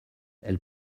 elle